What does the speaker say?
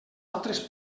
altres